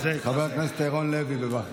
חבר הכנסת ירון לוי, בבקשה.